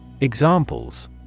Examples